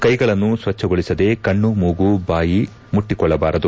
ಕೈಗಳನ್ನು ಸ್ವಚ್ಚಗೊಳಿಸದೆ ಕಣ್ಣು ಮೂಗು ಬಾಯಿ ಮುಟ್ಟಿಕೊಳ್ಳಬಾರದು